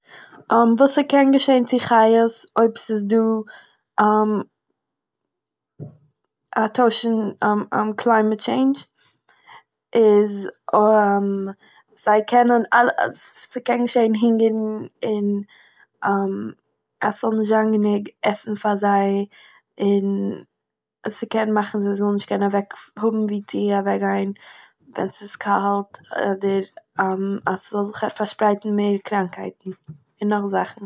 וואס ס'קען געשעהן צו חיות אויב ס'איז דא א טויש אין קליימעט טשעינדש איז זיי קענען אא ס'קען געשעהן הונגער'ן און אז ס'זאל נישט זיין גענוג עסן פאר זיי און... ס'קען מאכן זיי זאלן נישט קענען אוו- האבן ווי צו אוועקגיין ווען ס'איז קאלט אדער אז ס'זאל זיך אפ פארשפרייטן מער קראנקייט און נאך זאכן.